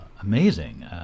amazing